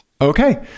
Okay